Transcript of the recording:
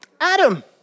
Adam